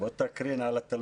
הייעוץ המשפטי של